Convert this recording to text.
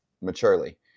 maturely